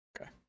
Okay